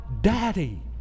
Daddy